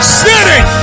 sitting